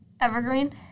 Evergreen